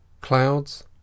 Clouds